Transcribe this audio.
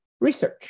research